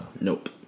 Nope